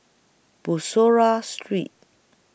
Bussorah Street